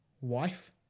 wife